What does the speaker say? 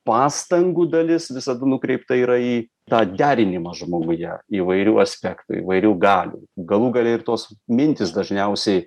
pastangų dalis visada nukreipta yra į tą derinimą žmoguje įvairių aspektų įvairių galių galų gale ir tos mintys dažniausiai